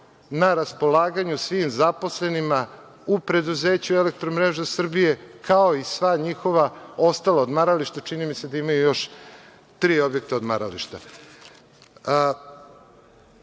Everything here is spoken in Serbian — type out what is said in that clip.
na raspolaganju svim zaposlenima u preduzeću „Elektromreža Srbije“, kao i sva njihova ostala odmarališta, čini mi se da imaju još tri objekta odmarališta. Video